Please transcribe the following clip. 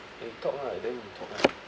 eh talk lah then you talk lah